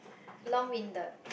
long winded